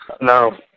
No